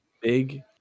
big